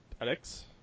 Alex